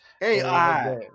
AI